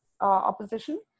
opposition